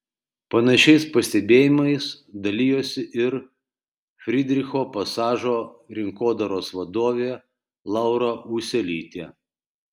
panašiais pastebėjimais dalijosi ir frydricho pasažo rinkodaros vadovė laura ūselytė